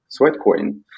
Sweatcoin